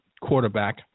quarterback